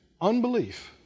Unbelief